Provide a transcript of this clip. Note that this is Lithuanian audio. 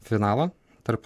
finalą tarp